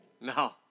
No